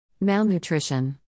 Malnutrition